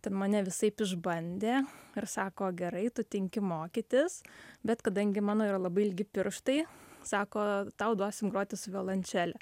ten mane visaip išbandė ir sako gerai tu tinki mokytis bet kadangi mano yra labai ilgi pirštai sako tau duosim groti su violončele